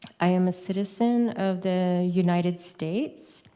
i am a citizen of the united states.